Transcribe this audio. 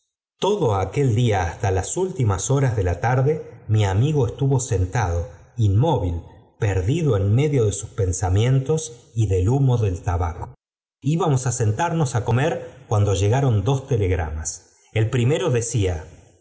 todo aquel día hasta las últimas horas de la tarde mi amigo estuvo sentado inmóvil perdido en medio de sus pensamientos y del humo del tabaco i m i ibamos á mentamos á comer cuando llegaron dos telegramas el primero decía